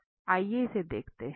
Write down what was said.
आइए इसे देखते हैं